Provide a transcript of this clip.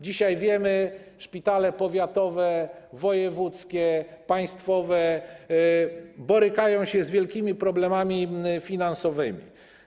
Dzisiaj wiemy, że szpitale powiatowe, wojewódzkie, państwowe borykają się z wielkimi problemami finansowymi.